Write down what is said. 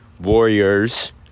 warriors